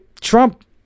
Trump